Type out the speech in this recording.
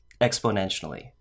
exponentially